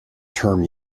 term